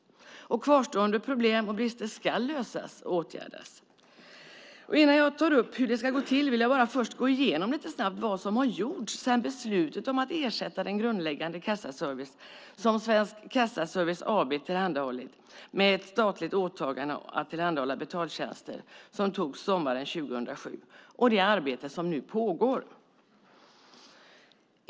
Kvarstående problem och brister ska lösas och åtgärdas. Innan jag tar upp hur det ska gå till vill jag bara först lite snabbt gå igenom vad som har gjorts sedan beslutet togs sommaren 2007 om att ersätta den grundläggande kassaservice som Svensk Kassaservice AB har tillhandahållit med ett statligt åtagande att tillhandahålla betaltjänster och det arbete som nu pågår.